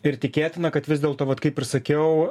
ir tikėtina kad vis dėlto vat kaip ir sakiau